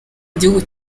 igihugu